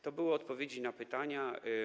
To były odpowiedzi na pytania.